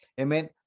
Amen